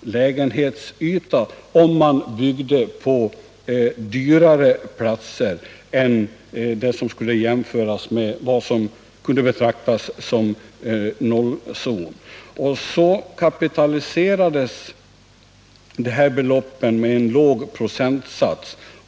lägenhetsyta om man byggde på dyrare platser än vad som kunde betraktas som nollzon. Det här beloppet kapitaliserades med en låg procentsats.